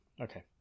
Okay